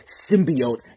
symbiote